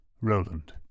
Roland